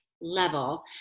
level